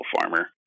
farmer